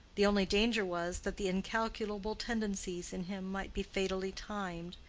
the only danger was, that the incalculable tendencies in him might be fatally timed,